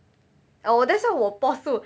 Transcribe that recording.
uh that's why 我 pause 住